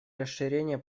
расширение